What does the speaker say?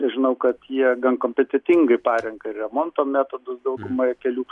žinau kad jie gan kompetentingai parenka ir remonto metodus daugumoje kelių